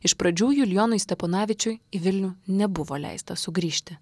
iš pradžių julijonui steponavičiui į vilnių nebuvo leista sugrįžti